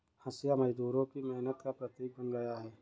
हँसिया मजदूरों की मेहनत का प्रतीक बन गया है